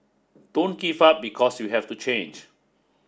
don't give up because you have to change